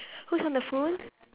who's on the phone